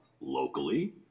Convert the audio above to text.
locally